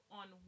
on